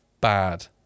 Bad